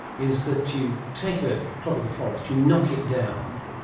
is that you take a tropical forest, you knock it down,